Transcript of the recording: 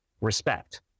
respect